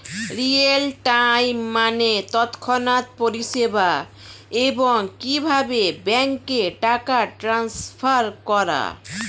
real time মানে তৎক্ষণাৎ পরিষেবা, এবং কিভাবে ব্যাংকে টাকা ট্রান্সফার করা